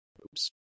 Oops